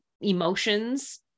emotions